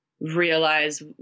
realize